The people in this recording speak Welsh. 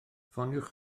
ffoniwch